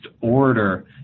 order